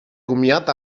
comiat